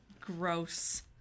Gross